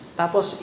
tapos